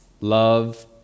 love